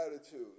attitude